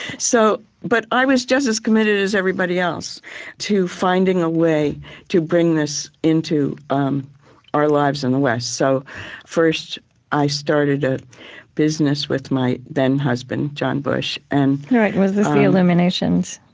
so but i was just as committed as everybody else to finding a way to bring this into um our lives in the west, so first i started a business with my then husband, john bush and was this the illuminations?